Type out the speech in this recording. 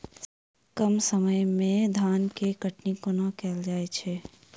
कम समय मे धान केँ कटनी कोना कैल जाय छै?